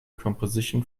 composition